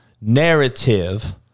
narrative